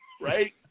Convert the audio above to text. right